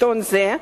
העיתון הזה תומך.